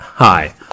Hi